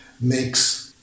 makes